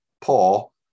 Paul